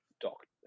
Doctor